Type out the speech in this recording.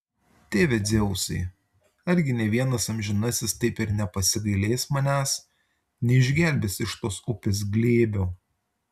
tėve dzeusai argi nė vienas amžinasis taip ir nepasigailės manęs neišgelbės iš tos upės glėbio